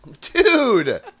dude